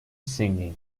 singing